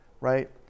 right